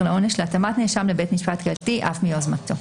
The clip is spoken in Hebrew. לעונש להתאמת נאשם לבית משפט קהילתי אף מיוזמתו.